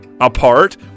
apart